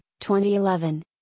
2011